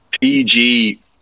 PG